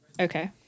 Okay